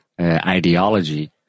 ideology